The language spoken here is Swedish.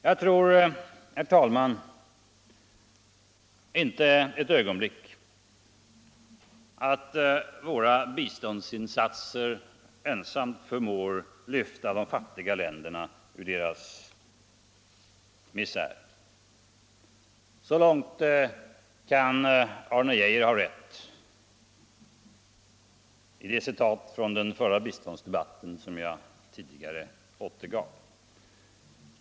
Jag tror, herr talman, inte ett ögonblick att våra biståndsinsatser ensamma förmår lyfta de fattiga länderna ur deras misär. Så långt kan Arne Geijer ha rätt i det citat från den förra biståndsdebatten som jag tidigare återgav.